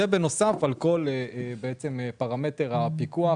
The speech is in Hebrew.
בנוסף על כל פרמטר הפיקוח